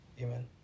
Amen